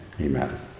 amen